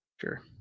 Sure